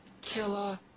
killer